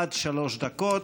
עד שלוש דקות.